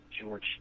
George